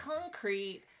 concrete